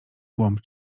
głąb